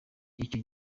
icyo